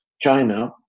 China